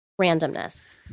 randomness